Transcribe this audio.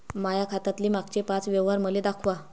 माया खात्यातले मागचे पाच व्यवहार मले दाखवा